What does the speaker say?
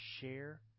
share